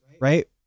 right